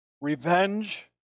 revenge